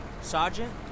Sergeant